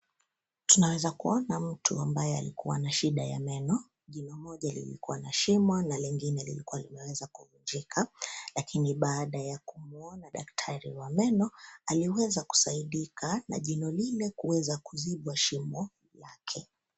Tunaweza kuona mtu ambaye alikuwa na shida ya meno. Jino moja lilikuwa na shimo na lingine lilikuwa limeweza kuvunjika. Lakini baada ya kumwona daktari wa meno, aliweza kusaidika na jino lile kuweza kuzibwa shimo lake.